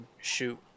shoot